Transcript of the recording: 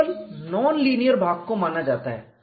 केवल non linear भाग को माना जाता है